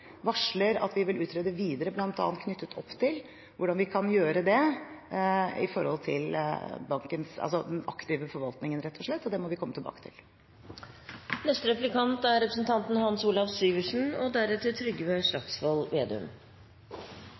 varsler at vi vil utrede videre, bl.a. hvordan vi kan gjøre det med tanke på den aktive forvaltningen, rett og slett. Det må vi komme tilbake til. La meg fortsette med fornybar energi. Det er